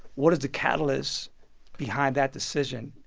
what is the catalyst behind that decision?